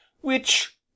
Which